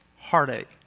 heartache